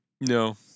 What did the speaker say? No